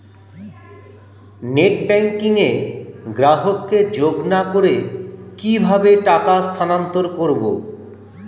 Net banking এ গ্রাহককে যোগ না করে কিভাবে টাকা স্থানান্তর করব?